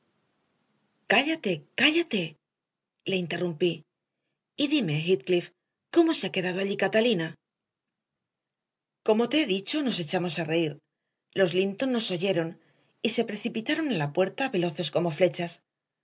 cállate cállate le interrumpí y dime heathcliff cómo se ha quedado allí catalina como te he dicho nos echamos a reír los linton nos oyeron y se precipitaron a la puerta veloces como flechas